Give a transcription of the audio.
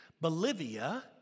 Bolivia